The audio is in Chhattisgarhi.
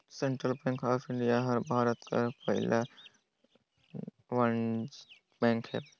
सेंटरल बेंक ऑफ इंडिया हर भारत कर पहिल वानिज्यिक बेंक हवे